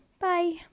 Bye